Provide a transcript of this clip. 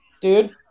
dude